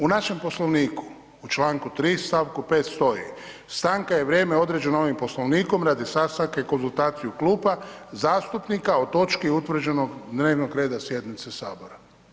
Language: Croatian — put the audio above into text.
U našem Poslovniku, u članku 3., stavku 5. stoji stanka je vrijeme određeno ovim Poslovnikom radi sastanka i konzultacija Kluba zastupnika o točki utvrđenog dnevnog reda Sjednice Sabora.